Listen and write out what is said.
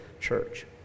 church